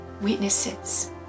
witnesses